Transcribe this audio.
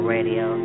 Radio